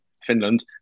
Finland